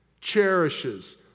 cherishes